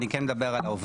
אני כן מדבר על ההווה,